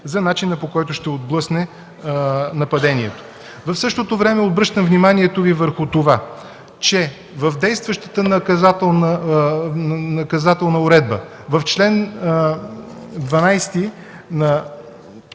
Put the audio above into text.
за начина, по който ще отблъсне нападението. В същото време обръщам вниманието Ви върху това, че в действащата Наказателна уредба, в чл. 12 на